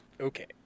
Okay